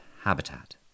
habitat